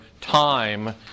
time